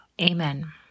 amen